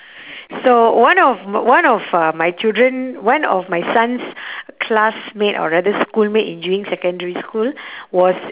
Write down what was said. so one of one of uh my children one of my son's classmate or rather schoolmate in during secondary school was